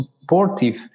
supportive